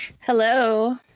Hello